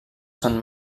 sant